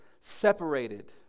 separated